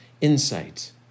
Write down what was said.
insight